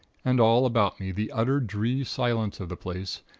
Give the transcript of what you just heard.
and all about me the utter dree silence of the place,